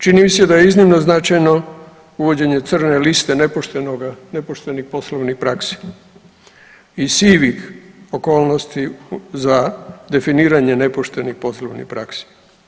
Čini mi se da je iznimno značajno uvođenje crne liste nepoštenih poslovnih praksi i sivih okolnosti za definiranje nepoštenih poslovnih praksi.